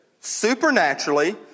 supernaturally